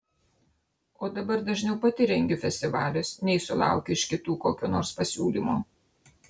o dabar dažniau pati rengiu festivalius nei sulaukiu iš kitų kokio nors pasiūlymo